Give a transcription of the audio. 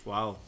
Wow